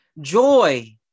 joy